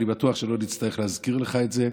אני בטוח שלא נצטרך להזכיר לך את זה.